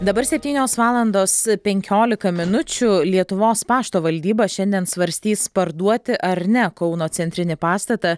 dabar septynios valandos penkiolika minučių lietuvos pašto valdyba šiandien svarstys parduoti ar ne kauno centrinį pastatą